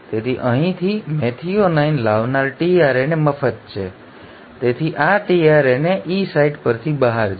તેથી અહીંથી મેથિઓનાઇન લાવનાર tRNA મફત છે તેથી આ tRNA ઇ સાઇટ પરથી બહાર જશે